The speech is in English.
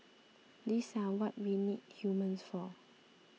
these are what we need humans for